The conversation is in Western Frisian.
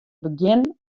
begjin